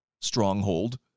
stronghold